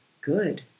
good